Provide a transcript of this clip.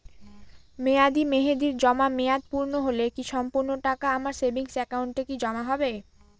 মেয়াদী মেহেদির জমা মেয়াদ পূর্ণ হলে কি সম্পূর্ণ টাকা আমার সেভিংস একাউন্টে কি জমা হবে?